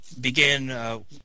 begin